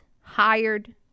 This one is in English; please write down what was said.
hired